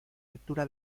altura